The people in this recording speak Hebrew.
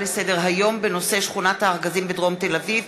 לסדר-היום בנושא: שכונת-הארגזים בדרום תל-אביב,